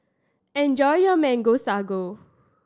enjoy your Mango Sago